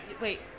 wait